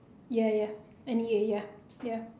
ya ya N_E_A ya ya